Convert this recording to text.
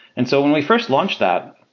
and so when we first launched that,